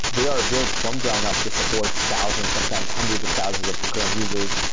they are built from ground-up to support thousands, sometimes hundreds of thousands of concurrent users.